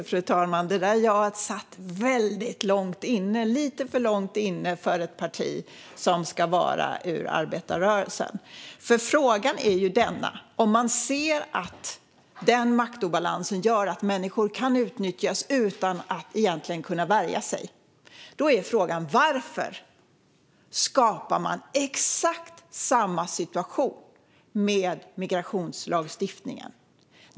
Fru talman! Det var ett ja som satt väldigt långt inne. Det var lite för långt inne för ett parti som har vuxit fram ur arbetarrörelsen. Om man ser att den maktobalansen gör att människor kan utnyttjas utan att egentligen kunna värja sig är frågan: Varför skapar man exakt samma situation med migrationslagstiftningen?